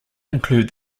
include